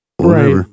right